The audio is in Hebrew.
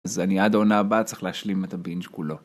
אז אני עד העונה הבאה צריך להשלים את הבינג' כולו.